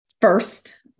first